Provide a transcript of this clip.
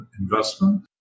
investment